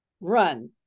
run